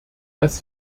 dass